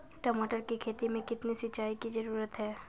टमाटर की खेती मे कितने सिंचाई की जरूरत हैं?